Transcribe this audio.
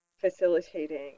facilitating